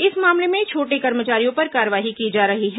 इस मामले में छोटे कर्मचारियों पर कार्रवाई की जा रही है